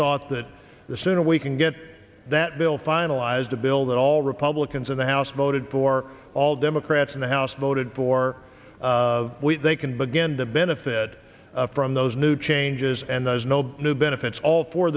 thought that the sooner we can get that bill finalized a bill that all republicans in the house voted for all democrats in the house voted for they can begin to benefit from those new changes and there's no new benefits all for